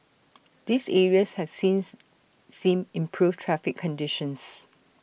these areas have since seen improved traffic conditions